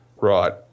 Right